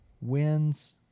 wins